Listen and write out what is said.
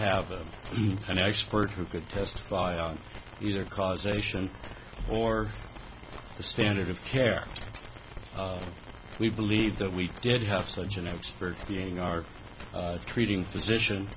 have an expert who could testify on either causation or the standard of care if we believed that we did have such an expert being our treating physician